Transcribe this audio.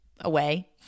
away